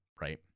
right